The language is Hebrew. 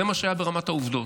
זה מה שהיה ברמת העובדות.